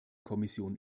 kommission